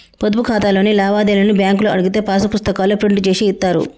పొదుపు ఖాతాలోని లావాదేవీలను బ్యేంకులో అడిగితే పాసు పుస్తకాల్లో ప్రింట్ జేసి ఇత్తారు